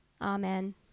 Amen